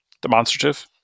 demonstrative